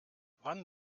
wann